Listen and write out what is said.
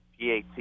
PAT